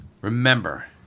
remember